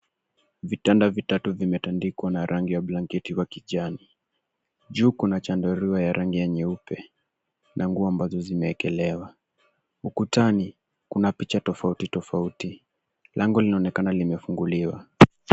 Vitanda vitatu vimetandikwa na rangi ya blanketi wa kijani. Juu kuna chandarua ya rangi ya nyeupe na nguo ambazo zimeekelewa. Ukutani kuna picha tofauti tofauti. Lango linaonekana limefunguliwa.